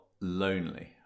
lonely